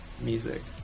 music